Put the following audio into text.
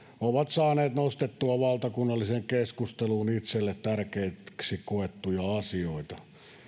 ovat saaneet nostettua valtakunnalliseen keskusteluun itselle tärkeiksi koettuja asioita